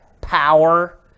power